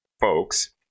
folks